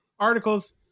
Articles